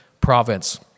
province